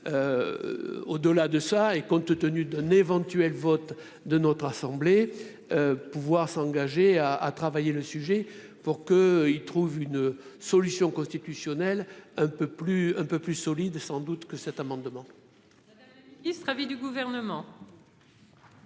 au-delà de ça, et compte tenu d'un éventuel vote de notre assemblée, pouvoir s'engager à à travailler le sujet pour que, ils trouvent une solution constitutionnelle un peu plus, un peu plus solide sans doute que cet amendement. Il avis du gouvernement.